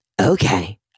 okay